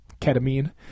ketamine